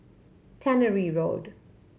Tannery Road